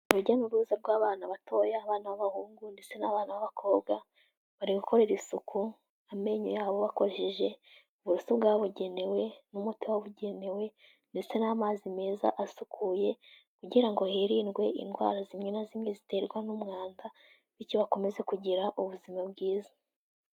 Urujya n'uruza rw'abana batoya, abana b'abahungu ndetse n'abana b'abakobwa, bari gukorera isuku amenyo yabo bakoresheje uburoso bwabugenewe n'umuti wabugenewe ndetse n'amazi meza asukuye, kugira ngo hirindwe indwara zimwe na zimwe ziterwa n'umwanda, bityo bakomeze kugira ubuzima bwiza.